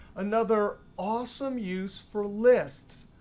another awesome use for lists.